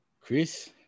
Chris